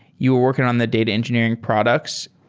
you were working on the data engineering products.